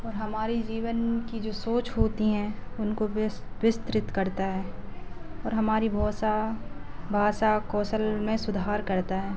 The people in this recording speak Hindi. और हमारे जीवन की जो सोच होती है उनको व्यस विस्तृत करना है और हमारी भोसा भाषा कौशल में सुधार करता है